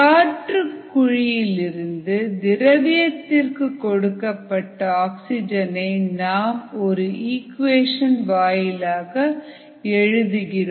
காற்று குழியிலிருந்து திரவியத்திற்கு கொடுக்கப்பட்ட ஆக்சிஜன்ஐ நாம் ஒரு இக்குவேஷன் வாயிலாக எழுதுகிறோம்